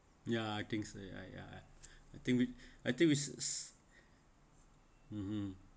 ya I think so I I I think we I think we s~ (uh huh)